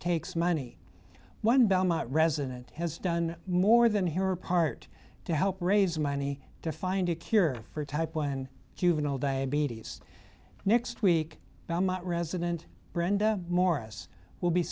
takes money one belmont resident has done more than her part to help raise money to find a cure for type one juvenile diabetes next week belmont resident brenda morris will be